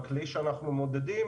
הכלי שאנחנו מודדים,